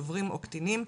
דוברים או קטינים,